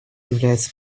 является